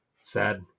sad